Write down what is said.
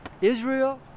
Israel